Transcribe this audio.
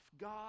God